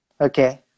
Okay